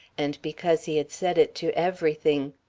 and because he had said it to everything.